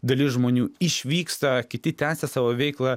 dalis žmonių išvyksta kiti tęsia savo veiklą